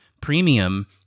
premium